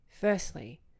Firstly